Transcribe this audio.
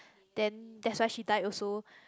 then that's why she died also